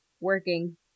working